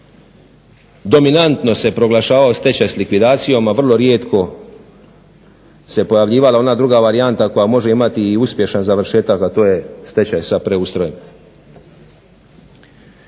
Dominantno se proglašavao stečaj s likvidacijom, a vrlo rijetko se pojavljivala ona druga varijanta koja može imati i uspješan završetak, a to je stečaj sa preustrojem.